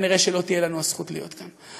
כנראה לא תהיה לנו הזכות להיות כאן.